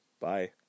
Bye